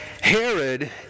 Herod